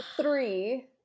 Three